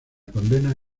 condena